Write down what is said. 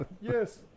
Yes